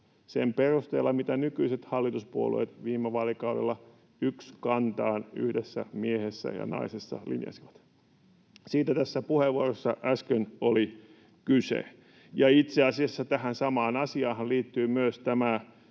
sen perusteella, mitä nykyiset hallituspuolueet viime vaalikaudella ykskantaan yhdessä miehessä ja naisessa linjasivat. Siitä tässä puheenvuorossa äsken oli kyse. Itse asiassa tähän samaan asiaanhan liittyy myös tämä